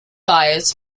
flyers